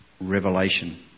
revelation